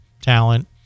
talent